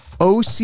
OC